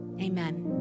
amen